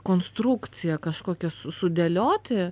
konstrukciją kažkokią su sudėlioti